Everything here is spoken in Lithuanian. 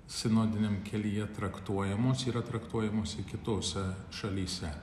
sinodiniam kelyje traktuojamos yra traktuojamos ir kitose šalyse